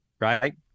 right